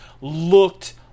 looked